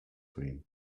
cream